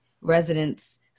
residents